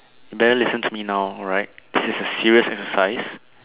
you better listen to me now alright this is a serious exercise